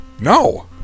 No